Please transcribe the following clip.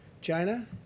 China